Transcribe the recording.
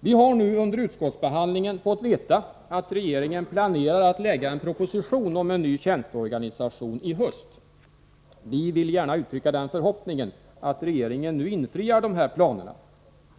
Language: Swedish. Nu har vi under utskottsbehandlingen fått veta att regeringen planerar att lägga fram en proposition om en ny tjänsteorganisation i höst. Vi vill gärna uttrycka den förhoppningen, att regeringen nu infriar dessa planer.